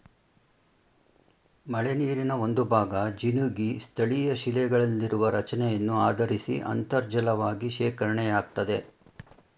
ಮಳೆನೀರಿನ ಒಂದುಭಾಗ ಜಿನುಗಿ ಸ್ಥಳೀಯಶಿಲೆಗಳಲ್ಲಿರುವ ರಚನೆಯನ್ನು ಆಧರಿಸಿ ಅಂತರ್ಜಲವಾಗಿ ಶೇಖರಣೆಯಾಗ್ತದೆ